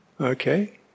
okay